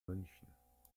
münchen